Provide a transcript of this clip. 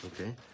Okay